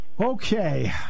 Okay